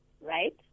right